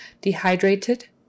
Dehydrated